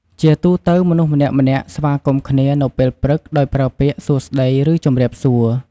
ជាទូទៅ មនុស្សម្នាក់ៗស្វាគមន៍គ្នានៅពេលព្រឹកដោយប្រើពាក្យ "សួស្តី" ឬ "ជំរាបសួរ"។